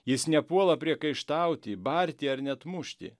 jis nepuola priekaištauti barti ar net mušti